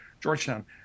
Georgetown